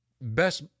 best